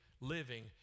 living